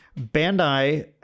Bandai